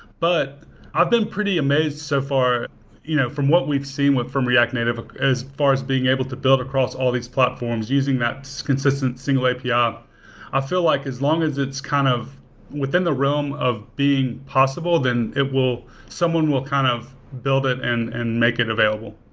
but i've been pretty amazed so far you know from what we've seen from react native as far as being able to build across all these platforms using that consistent single api. um i feel like as long as it's kind of within the realm of being possible, then someone will someone will kind of build it and and make it available.